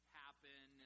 happen